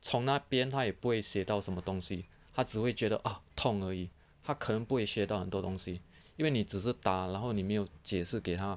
从那边他也不会学到什么东西他只会觉得 ah 痛而已他可能不会学到很多东西因为你只是打然后你没有解释给他